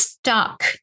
stuck